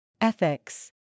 Ethics